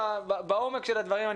בעומק של הדברים,